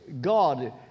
God